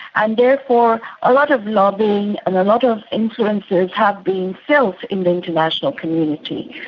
and therefore a lot of lobbying and a lot of influences have been felt in the international community.